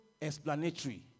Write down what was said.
explanatory